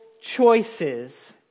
choices